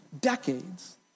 decades